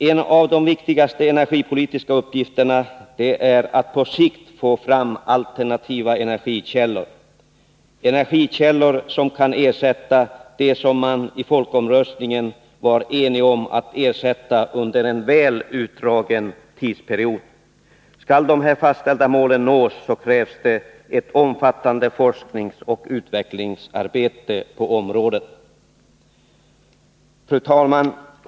En av de viktigaste energipolitiska uppgifterna är att på sikt få fram alternativa energikällor — energikällor som kan ersätta sådant som det i folkomröstningen rådde enighet om att man skulle ersätta under en väl utdragen tidsperiod. Skall de fastställda målen nås så krävs det ett omfattande forskningsoch utvecklingsarbete på området. Fru talman!